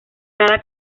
cada